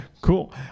cool